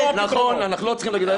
אנחנו לא צריכים להגיד,